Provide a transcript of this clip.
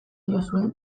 diozue